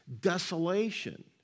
desolation